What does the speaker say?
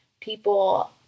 people